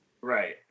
Right